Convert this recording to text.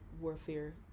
warfare